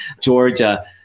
Georgia